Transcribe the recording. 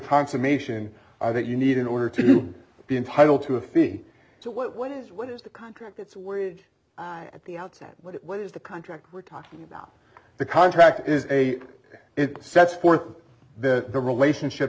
consummation that you need in order to be entitled to a fee so what is what is the contract that's what at the outset what is the contract we're talking about the contract is a it sets forth that the relationship